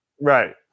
right